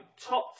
top